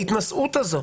ההתנשאות הזאת,